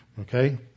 Okay